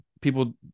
people